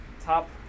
top